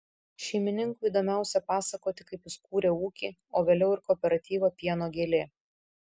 šeimininkui įdomiausia pasakoti kaip jis kūrė ūkį o vėliau ir kooperatyvą pieno gėlė